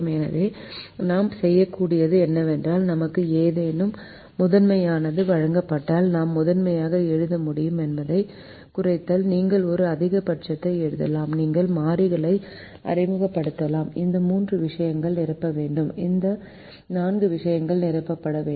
எனவே நாம் செய்யக்கூடியது என்னவென்றால் நமக்கு ஏதேனும் முதன்மையானது வழங்கப்பட்டால் நாம் முதன்மையாக எழுத முடியும் என்பது குறைத்தல் நீங்கள் ஒரு அதிகபட்சத்தை எழுதலாம் நீங்கள் மாறிகளை அறிமுகப்படுத்தலாம் இந்த 3 விஷயங்களை நிரப்ப வேண்டும் இந்த 4 விஷயங்கள் நிரப்பப்பட வேண்டும்